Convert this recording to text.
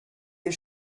you